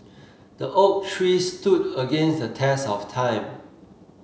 the oak tree stood against the test of time